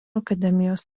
akademijos